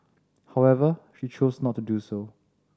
however she chose not to do so